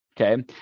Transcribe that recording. okay